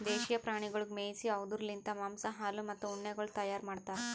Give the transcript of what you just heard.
ದೇಶೀಯ ಪ್ರಾಣಿಗೊಳಿಗ್ ಮೇಯಿಸಿ ಅವ್ದುರ್ ಲಿಂತ್ ಮಾಂಸ, ಹಾಲು, ಮತ್ತ ಉಣ್ಣೆಗೊಳ್ ತೈಯಾರ್ ಮಾಡ್ತಾರ್